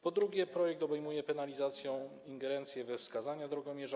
Po drugie, projekt obejmuje penalizacją ingerencję we wskazania drogomierza.